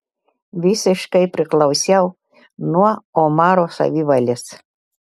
visiškai priklausiau nuo omaro savivalės